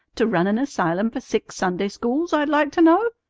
to run an asylum for sick sunday schools, i'd like to know?